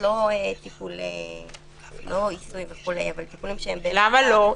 לא עיסוי וכולי, אבל טיפולים --- למה לא?